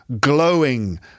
glowing